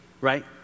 right